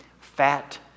fat